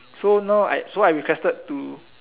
so now I so I requested to